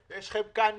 יש לכם כאן